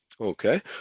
Okay